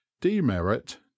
Demerit